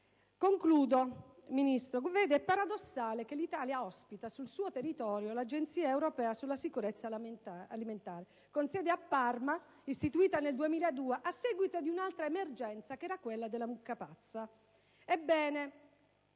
decreto milleproroghe. È paradossale che l'Italia ospiti sul suo territorio l'Agenzia europea per la sicurezza alimentare, con sede a Parma, istituita nel 2002 a seguito di un'altra emergenza, quella della mucca pazza.